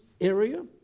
area